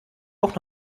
auch